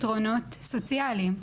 פתרונות סוציאליים,